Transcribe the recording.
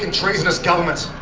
treasonous government,